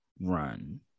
run